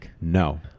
No